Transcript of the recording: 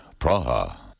Praha